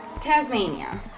Tasmania